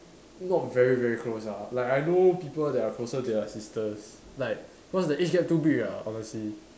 not very very close ah like I know people that are closer to their sisters like cause the age gap too big ah honestly